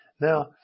Now